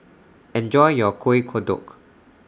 Enjoy your Kueh Kodok